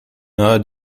nahe